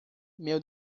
meu